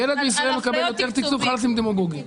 ילד בישראל מקבל יותר תקצוב, מספיק עם הדמגוגיה.